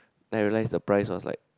then I realised the price was like